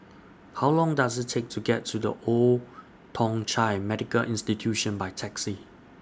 How Long Does IT Take to get to The Old Thong Chai Medical Institution By Taxi